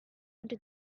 into